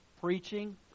preaching